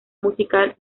musical